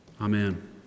Amen